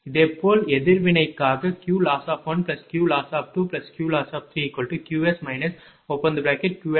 இதேபோல் எதிர்வினைக்காக QLoss1QLoss2QLoss3Qs QL2QL3QL4